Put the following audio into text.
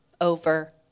over